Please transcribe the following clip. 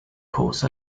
course